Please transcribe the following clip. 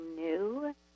new